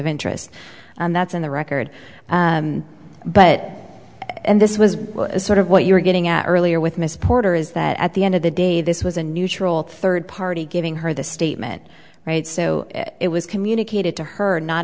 interest that's in the record but this was sort of what you were getting at earlier with miss porter is that at the end of the day this was a neutral third party giving her the statement right so it was communicated to her not